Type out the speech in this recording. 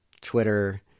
twitter